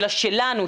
אלא שלנו,